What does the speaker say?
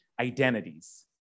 identities